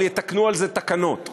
אבל יתקנו לזה תקנות.